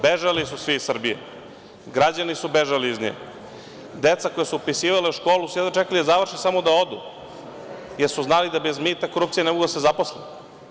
Bežali su svi iz Srbije, građani su bežali, deca koja su upisivala školu su jedva čekala da završe samo da odu, jer su znali da bez mita i korupcije ne mogu da se zaposle.